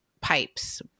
pipes